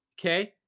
Okay